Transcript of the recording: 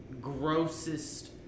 grossest